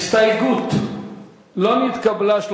ההסתייגות לא נתקבלה.